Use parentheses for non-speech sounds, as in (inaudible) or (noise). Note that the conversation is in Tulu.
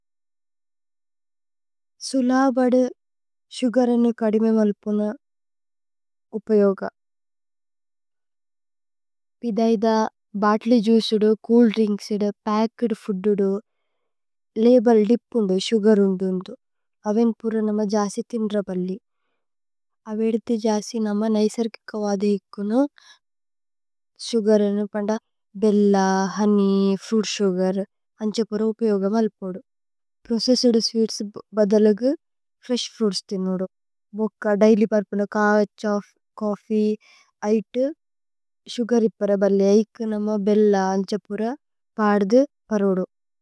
സുലവദു സുഗര് അനു കദിമേ മല്പുന (noise) ഉപയോഗ। പിഥൈദ ബത്ലി ജൂസുദു ചൂല് ദ്രിന്ക്സിദു പച്കേദ്। ഫുദ്ദുദു ലബേല് ദിപുന്ദു സുഗര് ഉന്ദു ഉന്ദു അവേന് പുര। നമ ജസി ഥിന്ദ്ര പല്ലി അവേദുതു ജസി നമ നൈസര്। കികവദി ഇക്കുനു സുഗര് അനു പന്ദ ബേല്ല ഹോനേയ് ഫ്രുഇത്। സുഗര് അന്ഛ പുര ഉപയോഗ മല്പോദു പ്രോചേസ്സേദ് സ്വീത്സ്। ബദലഗു ഫ്രേശ് ഫ്രുഇത്സ് ഥിന്നോദു ഭോക്ക ദൈല്യ്। പര്പുന കാവഛ ഓഫ് ചോഫ്ഫീ ഐതു സുഗര് ഇപ്പര। പല്ലി ഇക്കുനമ ബേല്ല അന്ഛ പുര പദദു പരോദു।